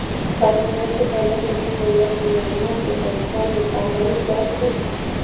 का समय से पहले किसी निवेश योजना से र्पइसा निकालल जा सकेला?